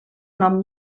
nom